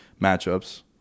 matchups